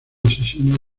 asesino